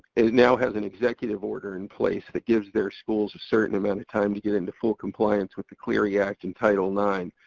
it now has an executive order in place that gives their schools a certain um and time to get into full compliance with the clery act and title ix.